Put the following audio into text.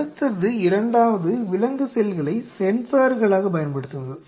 அடுத்தது இரண்டாவது விலங்கு செல்களை சென்சார்களாக பயன்படுத்துவது